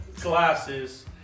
glasses